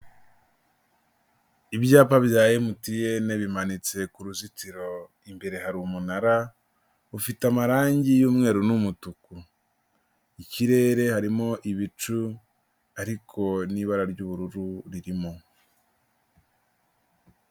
Ibyapa bya MTN bimanitse ku ruzitiro, imbere hari umunara ufite amarangi y'umweru n'umutuku, ikirere harimo ibicu ariko n'ibara ry'ubururu ririmo.